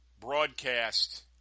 broadcast